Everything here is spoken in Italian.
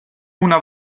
una